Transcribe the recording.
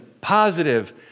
positive